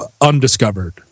Undiscovered